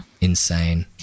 Insane